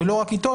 ולא אתו,